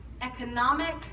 economic